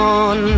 on